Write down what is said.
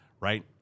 right